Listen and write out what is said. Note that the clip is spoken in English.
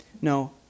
No